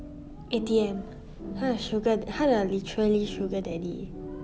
A_T_M 她的 suga~ 她的 literally sugar daddy